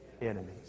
Enemies